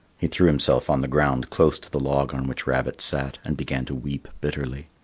he threw himself on the ground close to the log on which rabbit sat and began to weep bitterly.